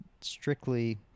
strictly